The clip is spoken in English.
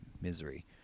misery